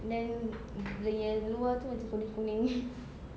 then dia punya luar itu macam kuning kuning